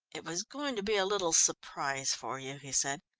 it was going to be a little surprise for you, he said.